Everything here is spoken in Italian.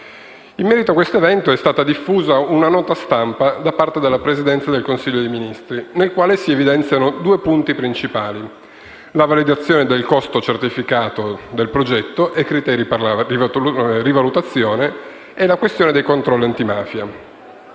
In merito a questo evento è stata diffusa una nota stampa da parte della Presidenza del Consiglio dei ministri, nella quale si evidenziano due punti principali: la validazione del costo certificato del progetto e criteri per la rivalutazione, e la questione dei controlli antimafia.